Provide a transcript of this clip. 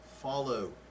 follow